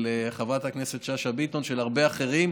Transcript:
של חברת הכנסת שאשא ביטון, של הרבה אחרים.